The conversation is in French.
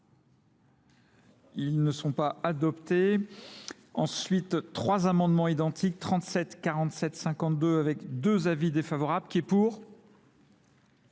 Ils ne sont pas adoptés. Ensuite, trois amendements identiques, 37 47 52 avec deux avis défavorables qui est pour ?